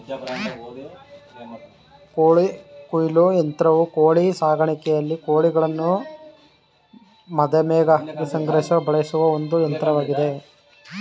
ಕೋಳಿ ಕೊಯ್ಲು ಯಂತ್ರವು ಕೋಳಿ ಸಾಕಾಣಿಕೆಯಲ್ಲಿ ಕೋಳಿಗಳನ್ನು ವಧೆಗಾಗಿ ಸಂಗ್ರಹಿಸಲು ಬಳಸುವ ಒಂದು ಯಂತ್ರವಾಗಿದೆ